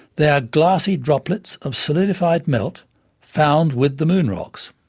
they are glassy droplets of solidified melt found with the moon rocks.